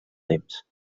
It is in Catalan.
temps